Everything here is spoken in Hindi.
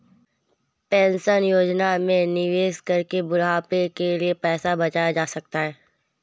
पेंशन योजना में निवेश करके बुढ़ापे के लिए पैसा बचाया जा सकता है